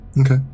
Okay